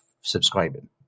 subscribing